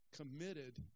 committed